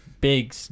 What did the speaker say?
Big